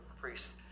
priests